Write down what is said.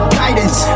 guidance